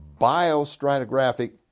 biostratigraphic